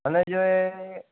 અને જે